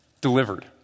delivered